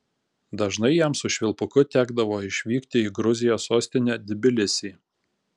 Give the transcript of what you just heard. dažnai jam su švilpuku tekdavo išvykti į gruzijos sostinę tbilisį